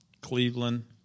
Cleveland